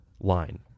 line